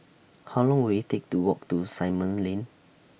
How Long Will IT Take to Walk to Simon Lane